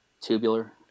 Tubular